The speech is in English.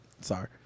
Sorry